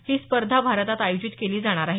ही स्पर्धा भारतात आयोजित केली जाणार आहे